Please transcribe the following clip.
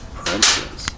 Princess